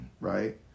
right